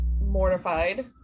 mortified